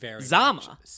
Zama